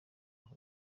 paul